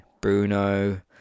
Bruno